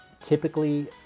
Typically